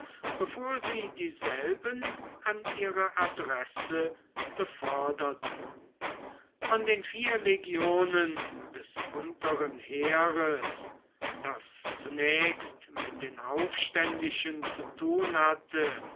bevor sie dieselben an ihre adresse beförderten von den vier legionen des unteren heeres das zunächst mit den aufständischen zu tun hatte